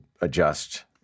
adjust